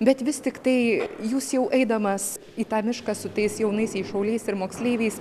bet vis tiktai jūs jau eidamas į tą mišką su tais jaunaisiais šauliais ir moksleiviais